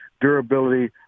durability